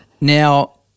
Now